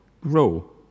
grow